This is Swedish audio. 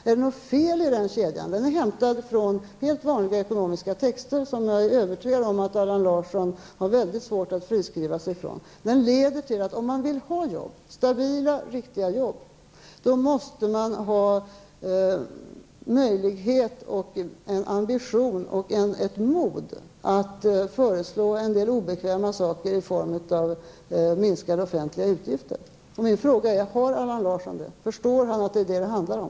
Är det något fel i den kedjan? Den är hämtad från helt vanliga ekonomiska texter, och jag är övertygad om att Allan Larsson har mycket svårt att friskriva sig från dem. Kedjan leder till att om man vill ha stabila, riktiga jobb, då måste man ha en ambition och ett mod att föreslå en del obekväma saker i form av minskade offentliga utgifter. Jag frågar: Har Allan Larsson det? Förstår han att det är detta det handlar om?